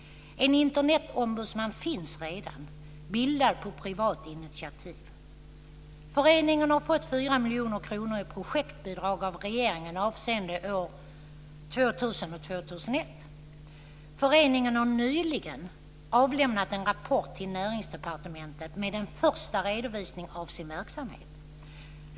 En Internetombudsman finns redan bildad på privat initiativ. Föreningen har fått 4 miljoner kronor i projektbidrag av regeringen avseende år 2000 och 2001. Föreningen har nyligen avlämnat en rapport till Näringsdepartementet med en första redovisning av sin verksamhet.